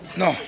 no